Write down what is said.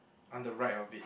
on the right of it